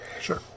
Sure